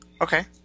Okay